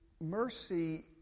mercy